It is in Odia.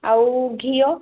ଆଉ ଘିଅ